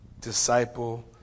disciple